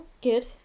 Good